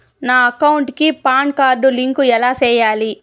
నా అకౌంట్ కి PAN card link ఎలా సేయాలి